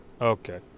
Okay